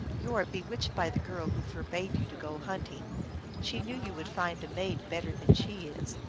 you are bewitched by the girl who forbade you to go hunting she knew you would find a maid better than she is.